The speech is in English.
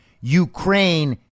Ukraine